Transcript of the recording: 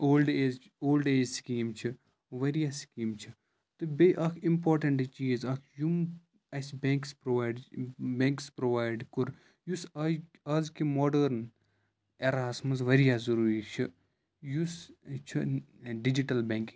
old age old age scheme چھِ واریاہ scheme چھِ تہٕ بیٚیہِ اَکھ اِمپاٹَنٛٹ چیٖز اَکھ یِم اَسہِ بٮ۪نٛکٕس پرٛووایڈ بٮ۪نٛکٕس پرٛووایڈ کوٚر یُس آے اَز کہِ ماڈٲرٕن اٮ۪راہَس منٛز واریاہ ضٔروٗری چھِ یُس چھُ ڈِجِٹَل بٮ۪نٛکِنٛگ